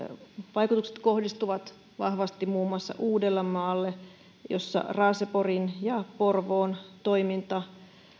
vaikutukset kohdistuvat vahvasti muun muassa uudellemaalle jossa raaseporin ja porvoon toiminta